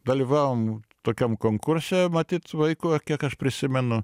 dalyvavom tokiam konkurse matyt vaikų kiek aš prisimenu